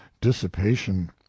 dissipation